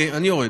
אני יורד,